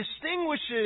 distinguishes